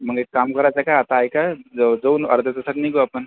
मग एक काम करायचं का आता ऐका दोन अर्ध्या तासात निघू आपण